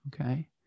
okay